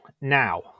Now